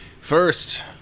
First